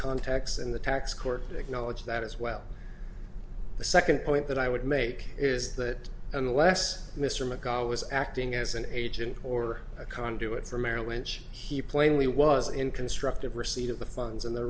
context and the tax court acknowledged that as well the second point that i would make is that unless mr magara was acting as an agent or a conduit for merrill lynch he plainly was in constructive receipt of the funds and the